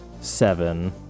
seven